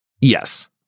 Yes